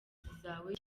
zawe